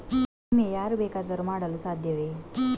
ವಿಮೆ ಯಾರು ಬೇಕಾದರೂ ಮಾಡಲು ಸಾಧ್ಯವೇ?